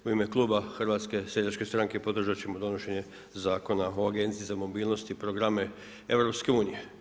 U ime kluba HSS-a podržati ćemo donošenje Zakona o Agenciji za mobilnost i programe EU.